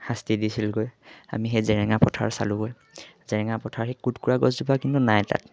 শাস্তি দিছিলগৈ আমি সেই জেৰেঙা পথাৰ চালোঁগৈ জেৰেঙা পথাৰৰ সেই কুটকুৰা গছজোপা কিন্তু নাই তাত